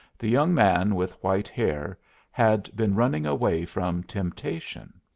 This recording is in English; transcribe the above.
the young man with white hair had been running away from temptation.